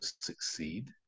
succeed